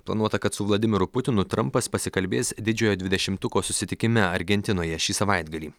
planuota kad su vladimiru putinu trampas pasikalbės didžiojo dvidešimtuko susitikime argentinoje šį savaitgalį